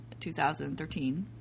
2013